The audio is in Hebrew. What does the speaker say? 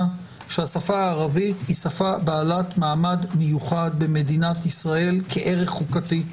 שהשפה הערבית היא שפה בעלת מעמד מיוחד במדינת ישראל כערך חוקתי.